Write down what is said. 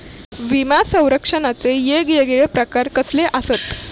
विमा सौरक्षणाचे येगयेगळे प्रकार कसले आसत?